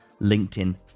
LinkedIn